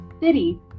city